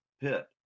pit